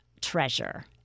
treasure